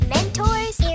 Mentors